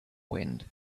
wind